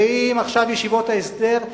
ועכשיו עם ישיבות ההסדר,